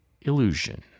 illusion